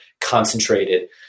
concentrated